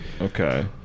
okay